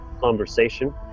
conversation